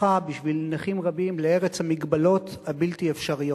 הפכה בשביל נכים רבים לארץ המגבלות הבלתי-אפשריות.